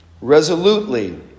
resolutely